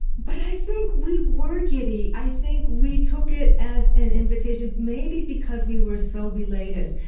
but i think we were giddy. i think we took it as an invitation, maybe because we were so belated.